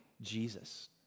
Jesus